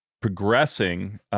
progressing